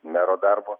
mero darbu